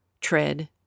tread